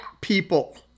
people